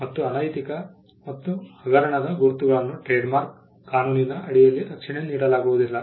ಮತ್ತು ಅನೈತಿಕ ಮತ್ತು ಹಗರಣದ ಗುರುತುಗಳನ್ನು ಟ್ರೇಡ್ಮಾರ್ಕ್ ಕಾನೂನಿನ ಅಡಿಯಲ್ಲಿ ರಕ್ಷಣೆ ನೀಡಲಾಗುವುದಿಲ್ಲ